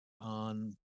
on